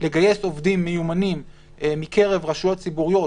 לגייס עובדים מיומנים מקריב רשויות ציבוריות,